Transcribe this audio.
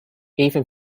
even